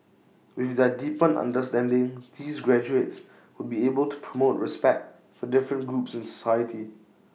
with their deepened understanding these graduates would be able to promote respect for different groups in society